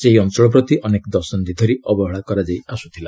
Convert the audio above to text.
ସେହି ଅଞ୍ଚଳ ପ୍ରତି ଅନେକ ଦଶନ୍ଧି ଧରି ଅବହେଳା କରାଯାଇ ଆସୁଥିଲା